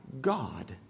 God